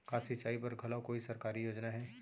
का सिंचाई बर घलो कोई सरकारी योजना हे?